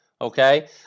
okay